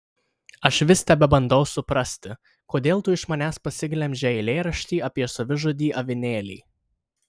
aš vis tebebandau suprasti kodėl tu iš manęs pasiglemžei eilėraštį apie savižudį avinėlį